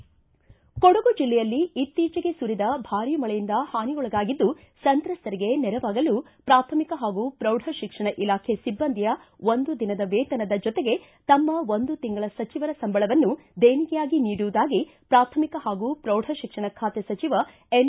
ಕೊಡಗು ಜಿಲ್ಲೆಯಲ್ಲಿ ಇತ್ತೀಚಿಗೆ ಸುರಿದ ಭಾರಿ ಮಳೆಯಿಂದ ಹಾನಿಗೊಳಗಾಗಿದ್ದು ಸಂತ್ರಸ್ತರಿಗೆ ನೆರವಾಗಲು ಪ್ರಾಥಮಿಕ ಹಾಗೂ ಪ್ರೌಢಶಿಕ್ಷಣ ಇಲಾಖೆ ಸಿಬ್ಬಂದಿಯ ಒಂದು ದಿನದ ವೇತನದ ಜೊತೆಗೆ ತಮ್ಮ ಒಂದು ತಿಂಗಳ ಸಚಿವರ ಸಂಬಳವನ್ನು ದೇಣಿಗೆಯಾಗಿ ನೀಡುವುದಾಗಿ ಪ್ರಾಥಮಿಕ ಹಾಗೂ ಪ್ರೌಢಶಿಕ್ಷಣ ಖಾತೆ ಸಚಿವ ಎನ್